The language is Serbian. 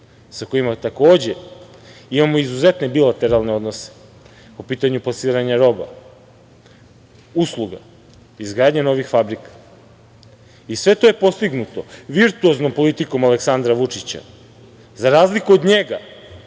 sa kojima takođe imamo izuzetne bilateralne odnose po pitanju plasiranja roba, usluga, izgradnje novih fabrika i sve to je postignuto virtuoznom politikom Aleksandra Vučića.Za razliku od njega,